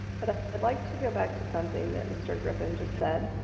but i'd like to go back to something that mr. griffin just said.